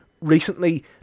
Recently